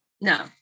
no